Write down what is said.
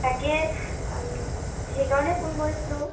তাকেই সেইকাৰণে ফোন কৰিছিলোঁ